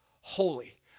holy